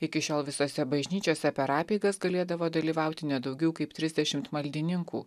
iki šiol visose bažnyčiose per apeigas galėdavo dalyvauti ne daugiau kaip trisdešimt maldininkų